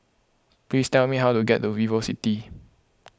please tell me how to get to VivoCity